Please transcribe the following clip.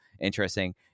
interesting